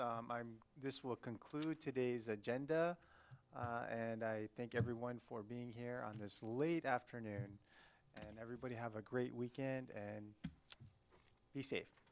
this will conclude today's agenda and i thank everyone for being here on this late afternoon and everybody have a great weekend and be safe